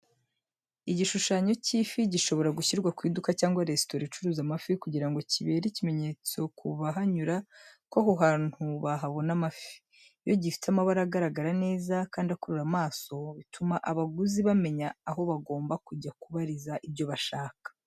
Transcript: Igishushanyo cy’ifi gishobora gushyirwa ku iduka cyangwa resitora icuruza amafi kugira ngo kibere ikimenyetso ku bahanyura ko aho hantu bahabona amafi. Iyo gifite amabara agaragara neza, kandi akurura amaso, bituma abaguzi bamenya aho bagomba kujya kubariza ibyo bashaka.